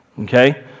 okay